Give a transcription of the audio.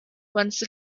once